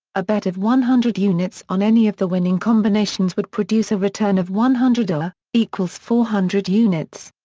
a bet of one hundred units on any of the winning combinations would produce a return of one hundred ah x four hundred units.